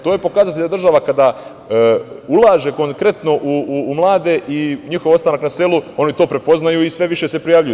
To je pokazatelj da država kada ulaže konkretno u mlade i njihov ostanak na selu oni to prepoznaju i sve više se prijavljuju.